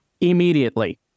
immediately